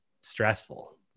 stressful